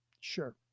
Sure